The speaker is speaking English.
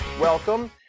Welcome